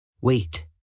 Wait